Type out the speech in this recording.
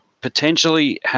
potentially